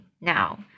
now